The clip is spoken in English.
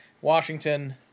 Washington